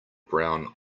brown